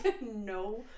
No